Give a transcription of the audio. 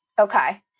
Okay